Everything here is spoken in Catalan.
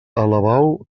alabau